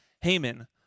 Haman